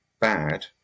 bad